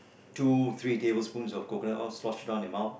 two three table spoons of coconut oil sloshed around your mouth